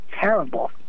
terrible